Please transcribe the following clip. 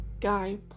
Guy